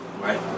Right